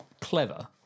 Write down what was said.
clever